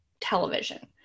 television